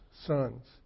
sons